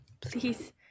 please